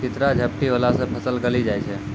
चित्रा झपटी होला से फसल गली जाय छै?